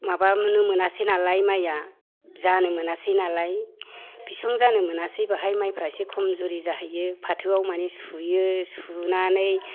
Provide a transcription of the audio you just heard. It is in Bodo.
माबानो मोनासै नालाय माइआ जानो मोनासै नालाय बिसं जानो मोनासै बेवहाय माइफोरा एसे खमजुरि जाहैयो फाथोआव माने सुयो सुनानै